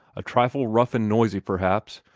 a trifle rough and noisy, perhaps,